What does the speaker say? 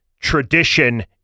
Tradition